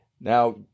Now